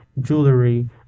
jewelry